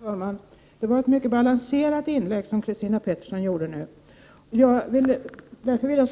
Herr talman! Det var ett mycket balanserat inlägg som Christina Pettersson gjorde nu. Jag vill därför